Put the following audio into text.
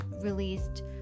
released